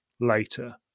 later